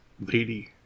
lady